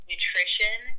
Nutrition